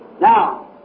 Now